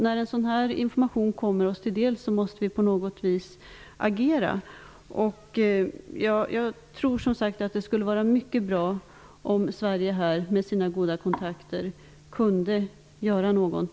När en sådan information kommer oss till del måste vi agera på något sätt. Jag tror att det skulle vara mycket bra om Sverige med sina goda kontakter kunde göra något.